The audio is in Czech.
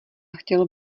chtělo